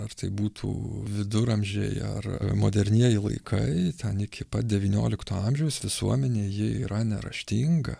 ar tai būtų viduramžiai ar modernieji laikai ten iki pat devyniolikto amžiaus visuomenė ji yra neraštinga